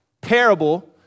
parable